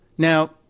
Now